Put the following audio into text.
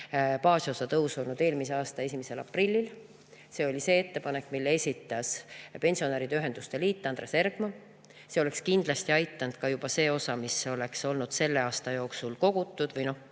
tõus oleks olnud eelmise aasta 1. aprillil. See oli see ettepanek, mille esitas pensionäride ühenduste liit, Andres Ergma. See oleks kindlasti aidanud, juba see osa, mis oleks olnud eelmise aasta jooksul kogutud.